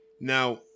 Now